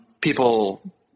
People